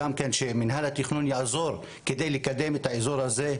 שמינהל התכנון יעזור כדי לקדם את האזור הזה,